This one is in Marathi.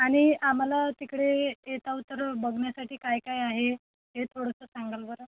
आणि आम्हाला तिकडे येताव तर बघण्यासाठी काय काय आहे हे थोडंसं सांगाल बरं